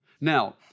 Now